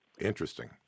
Interesting